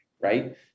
right